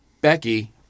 Becky